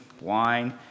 wine